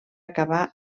acabar